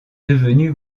devenue